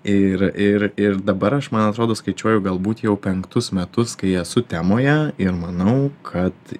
ir ir ir dabar aš man atrodo skaičiuoju galbūt jau penktus metus kai esu temoje ir manau kad